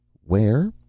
where?